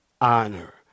honor